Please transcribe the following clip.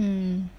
mm